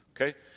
Okay